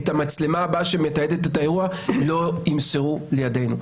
את המצלמה הבאה שמתעדת את האירוע לא ימסרו לידינו.